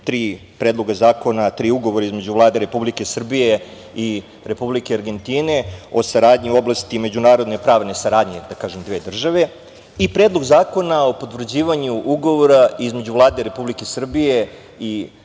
tri Predloga zakona, tri ugovora između Vlade Republike Srbije i Republike Argentine o saradnji u oblasti međunarodne pravne saradnje dve države i Predlog zakona o potvrđivanju ugovora između Vlade Republike Srbije i Republike